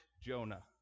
Jonah